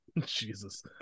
Jesus